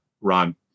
Ron